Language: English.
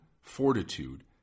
fortitude